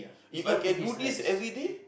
If I can do this every day